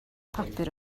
papur